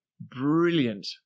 brilliant